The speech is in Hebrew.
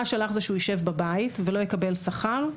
שלך היא שהוא ישב בבית ולא יקבל שכר,